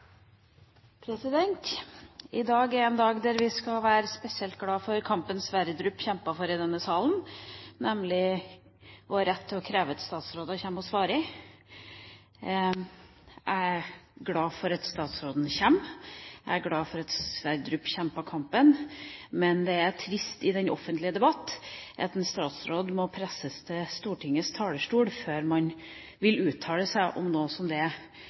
en dag da vi skal være spesielt glade for kampen Johan Sverdrup kjempet i denne salen, nemlig vår rett til å kreve at statsråder kommer og svarer. Jeg er glad for at statsråden kommer. Jeg er glad for at Sverdrup kjempet kampen, men det er trist i den offentlige debatt at en statsråd må presses til Stortingets talerstol før hun vil uttale seg om noe som hundretusenvis av mennesker er